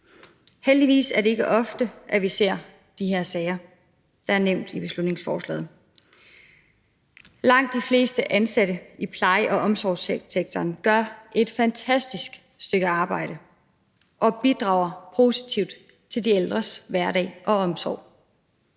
Heldigvis er det ikke ofte, at vi ser sager som dem, der er nævnt i beslutningsforslaget. Langt de fleste ansatte i pleje- og omsorgssektoren gør et fantastisk stykke arbejde og bidrager positivt til de ældres hverdag og omsorgen